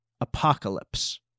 apocalypse